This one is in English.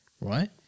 right